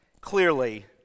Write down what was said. clearly